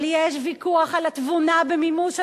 אבל יש ויכוח על התבונה במימוש הזכות,